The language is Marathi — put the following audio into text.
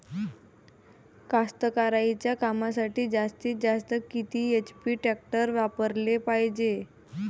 कास्तकारीच्या कामासाठी जास्तीत जास्त किती एच.पी टॅक्टर वापराले पायजे?